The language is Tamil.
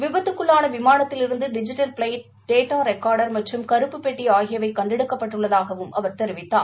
விபத்துக்குள்ளான விமானத்திலிருந்து டிஜிட்டர் பிளைட் டேட்டா ரெக்காாடா மற்றும் கருப்புப்பெட்டி ஆகியவை கண்டெடுக்கப் பட்டுள்ளதாகவும் அவர் தெரிவித்தார்